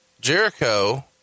Jericho